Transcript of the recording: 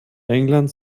englands